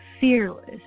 fearless